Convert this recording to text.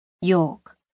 York